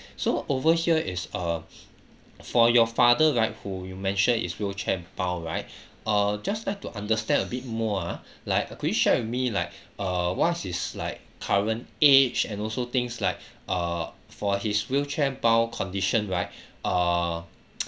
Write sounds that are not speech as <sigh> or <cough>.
so over here is uh for your father right who you mentioned is wheelchair bound right uh just like to understand a bit more ah like could you share with me like err what's his like current age and also things like err for his wheelchair bound condition right err <noise>